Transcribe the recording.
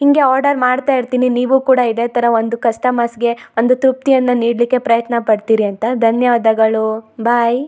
ಹೀಗೆ ಆರ್ಡರ್ ಮಾಡ್ತಾಯಿರ್ತೀನಿ ನೀವೂ ಕೂಡ ಇದೇ ಥರ ಒಂದು ಕಸ್ಟಮರ್ಸ್ಗೆ ಒಂದು ತೃಪ್ತಿಯನ್ನು ನೀಡಲಿಕ್ಕೆ ಪ್ರಯತ್ನಪಡ್ತೀರಿ ಅಂತ ಧನ್ಯವಾದಗಳು ಬಾಯ್